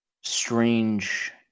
strange